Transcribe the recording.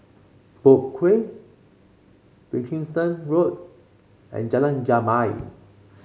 Boat Quay Wilkinson Road and Jalan Jamal